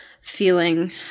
feeling